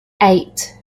eight